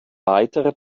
weitere